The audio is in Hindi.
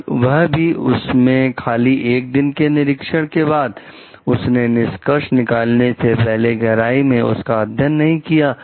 और वह भी उसने खाली 1 दिन के निरीक्षण के बाद उसने निष्कर्ष निकालने से पहले गहराई में उसका अध्ययन नहीं किया